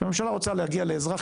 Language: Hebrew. שהממשלה רוצה להגיע לאזרח,